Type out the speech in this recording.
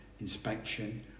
inspection